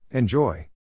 Enjoy